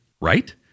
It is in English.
right